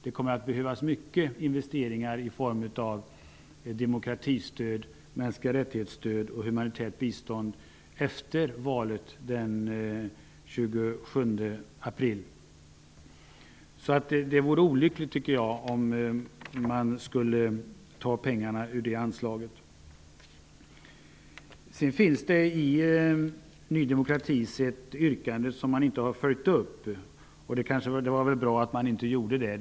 Det kommer att behövas mycket investeringar i form av demokratistöd, stöd för mänskliga rättigheter och humanitärt bistånd efter valet den 27 april. Det vore olyckligt, tycker jag, om man skulle ta pengarna ur det anslaget. Ny demokrati har ett yrkande som man inte har följt upp. Det var bra att man inte gjorde det.